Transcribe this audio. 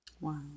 Wow